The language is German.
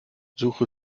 suche